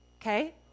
Okay